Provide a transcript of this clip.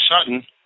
sudden